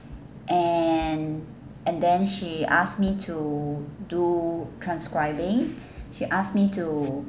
and and then she ask me to do transcribing she asked me to